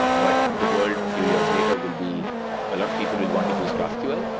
but the world a few years later will be a lot of people will want to use graphql,